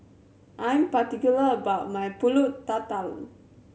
I am particular about my Pulut Tatal